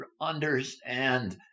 understand